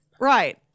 Right